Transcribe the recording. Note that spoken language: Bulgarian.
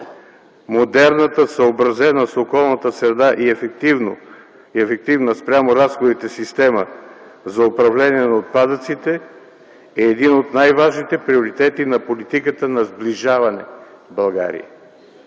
„Модерната, съобразена с околната среда и ефективна спрямо разходите, система за управление на отпадъците е един от най-важните приоритети на политиката на сближаване с България”.